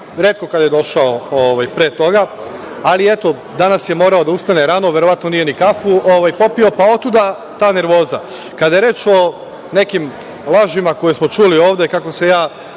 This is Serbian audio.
retko kad je došao pre toga, ali, eto, danas je morao da ustane rano, verovatno nije ni kafu popio, pa otuda ta nervoza. Kada je reč o nekim lažima koje smo čuli ovde kako se ja